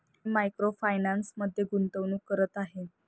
मी micro फायनान्समध्ये गुंतवणूक करत आहे